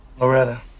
Loretta